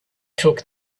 took